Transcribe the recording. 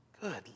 good